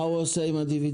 מה הוא עושה עם הדיבידנד?